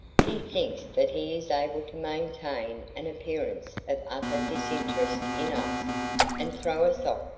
he thinks that he is able to maintain an appearance of utter disinterest in us and throw us off